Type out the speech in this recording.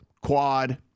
quad